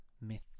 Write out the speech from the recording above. myth